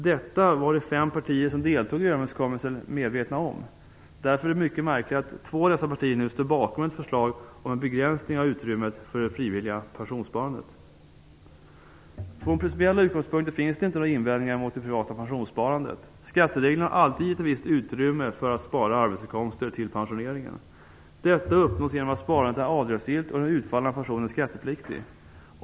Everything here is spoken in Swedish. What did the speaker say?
Detta var de fem partier som deltog i överenskommelsen medvetna om. Därför är det mycket märkligt att två av dessa partier nu står bakom ett förslag om en begränsning av utrymmet för det frivilliga pensionssparandet. Från principiella utgångspunkter finns det inte några invändningar mot det privata pensionssparandet. Skattereglerna har alltid givit ett visst utrymme för att spara arbetsinkomster till pensioneringen. Detta uppnås genom att sparandet är avdragsgillt och den utfallna pensionen skattepliktig.